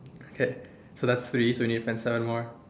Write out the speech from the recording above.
okay so that's three so we need to find seven more